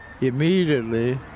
immediately